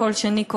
קול שני,